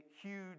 huge